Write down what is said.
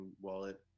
wallet